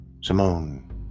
Simone